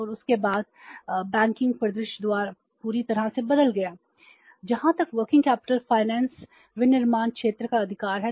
और working capital finance विनिर्माण क्षेत्र का अधिकार है